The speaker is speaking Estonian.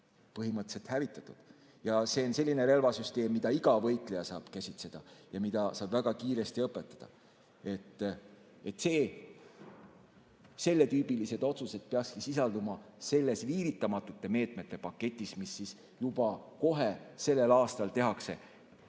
põhimõtteliselt hävitatud. See on selline relvasüsteem, mida iga võitleja saab käsitseda ja mille käsitsemist saab väga kiiresti õpetada. Selletüübilised otsused peakski sisalduma selles viivitamatute meetmete paketis, mis juba sellel aastal tehakse.